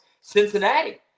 Cincinnati